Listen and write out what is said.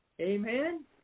Amen